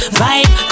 vibe